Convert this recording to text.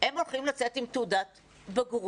הם הולכים לצאת עם תעודת בגרות,